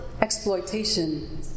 exploitation